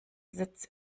sitz